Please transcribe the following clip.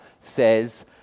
says